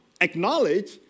acknowledge